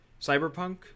Cyberpunk